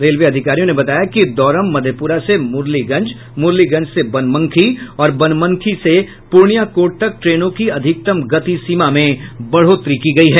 railway अधिकरियों ने बताया कि दौरम मधेपुरा से मुरलीगंज मुरलीगंज से बनमनखी और बनमनखी से प्रर्णिया कोर्ट तक ट्रेनों की अधिकतम गति सीमा में बढोतरी की गयी है